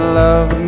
love